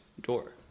door